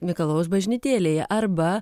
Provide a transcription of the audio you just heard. mikalojaus bažnytėlėje arba